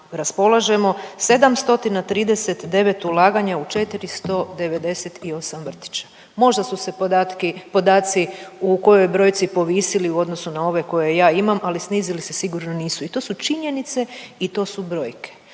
raspolažemo 7 stotina 39 ulaganja u 498 vrtića, možda su se podatki, podaci u kojoj brojci povisili u odnosu na ove koje ja imam, ali snizili se sigurno nisu i to su činjenice i to su brojke.